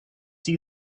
see